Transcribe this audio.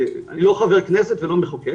לא חברת כנסת ולא מחוקק